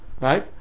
Right